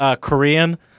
Korean